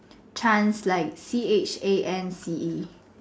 chance like C H a N C E